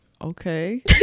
okay